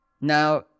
Now